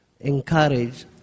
encourage